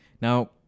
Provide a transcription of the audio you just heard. Now